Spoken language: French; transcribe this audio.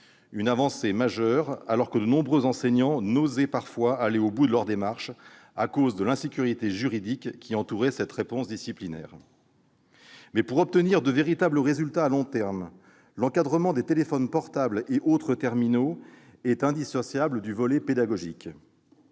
une avancée majeure, alors que de nombreux enseignants n'osaient parfois pas aller au bout de leur démarche à cause de l'insécurité juridique qui entourait cette réponse disciplinaire. Mais, pour obtenir de véritables résultats à long terme, l'encadrement de l'usage des téléphones portables et autres terminaux est indissociable d'un volet pédagogique.